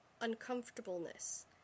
uncomfortableness